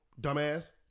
Dumbass